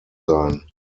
sein